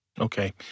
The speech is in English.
Okay